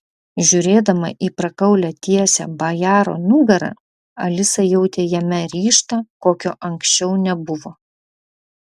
žiūrėdama į prakaulią tiesią bajaro nugarą alisa jautė jame ryžtą kokio anksčiau nebuvo